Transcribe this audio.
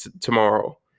tomorrow